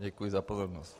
Děkuji za pozornost.